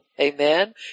Amen